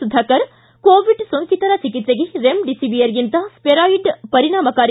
Sudhakar COVID ಸೋಂಕಿತರ ಚಿಕಿತ್ಸೆಗೆ ರೆಮ್ಡಿಸಿವಿರ್ಗಿಂತ ಸ್ಟೆರಾಯಿಡ್ ಪರಿಣಾಮಕಾರಿ